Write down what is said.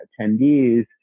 attendees